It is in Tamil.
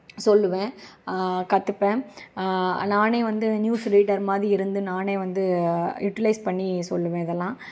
சொல்லுவேன் கற்றுப்பேன் நானே வந்து நியூஸ் ரீடர் மாதிரி இருந்து நானே வந்து யுட்டிலைஸ் பண்ணி சொல்லுவேன் இதெலாம்